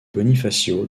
bonifacio